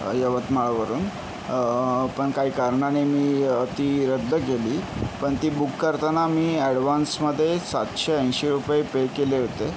यवतमाळवरून पण काही कारणाने मी ती रद्द केली पण ती बुक करताना मी ॲडवान्समध्ये सातशे ऐंशी रुपये पे केले होते